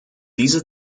diese